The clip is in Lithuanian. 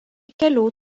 kelių